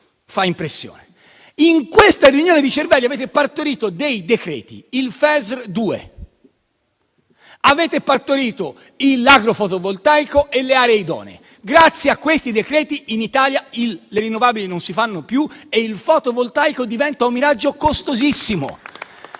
In questa riunione di cervelli avete partorito dei decreti, il FESR 2, e avete partorito l'agrofotovoltaico e le aree idonee. Grazie a questi decreti, in Italia le rinnovabili non si fanno più e il fotovoltaico diventa un miraggio costosissimo.